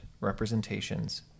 representations